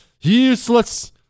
useless